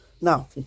Now